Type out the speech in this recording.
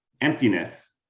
emptiness